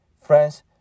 friends